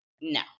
No